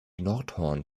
nordhorn